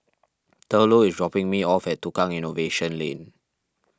Thurlow is dropping me off at Tukang Innovation Lane